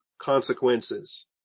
consequences